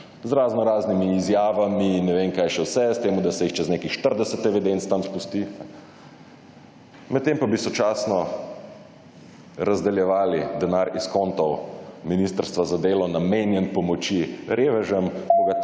z raznoraznimi izjavami in ne vem kaj še vse, s tem, da se jih čez nekaj 40 evidenc tam spusti, med tem pa bi sočasno razdeljevali denar iz kontov Ministrstva za delo namenjen pomoči revežem,